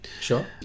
Sure